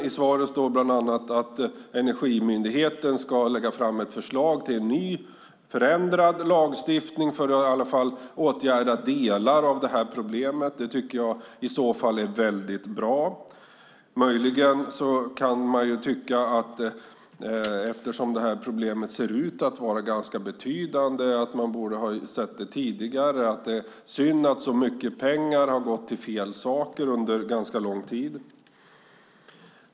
I svaret står bland annat att Energimyndigheten ska lägga fram ett förslag till en ny förändrad lagstiftning för att i alla fall åtgärda delar av problemet. Det tycker jag i så fall är väldigt bra. Möjligen kan man eftersom problemet ser ut att vara ganska betydande tycka att det borde ha uppmärksammats tidigare. Det är synd att så mycket pengar har gått till fel saker under ganska lång tid.